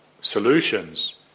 solutions